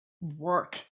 work